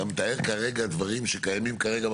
אתה מתאר עכשיו דברים שקיימים כרגע,